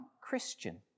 Christian